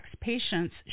patients